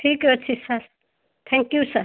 ଠିକ୍ଅଛି sir thank you sir